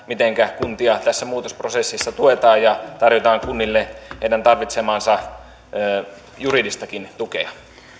mitenkä kuntia tässä muutosprosessissa tuetaan ja tarjotaan kunnille heidän tarvitsemaansa juridistakin tukea